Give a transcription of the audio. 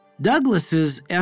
Douglas's